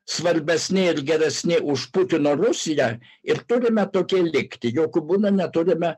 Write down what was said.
svarbesni ir geresni už putino rusiją ir turime tokie likti jokiu būdu neturime